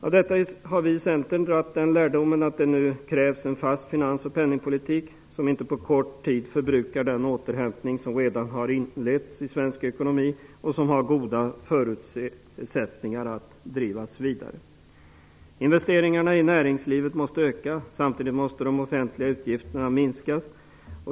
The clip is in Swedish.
Av detta har vi i Centern dragit den lärdomen att det nu krävs en fast finans och penningpolitik som inte på kort tid förbrukar den återhämtning som redan har skett i svensk ekonomi och som har goda förutsättningar att drivas vidare. Investeringarna i näringslivet måste öka, och samtidigt måste de offentliga utgifterna minskas.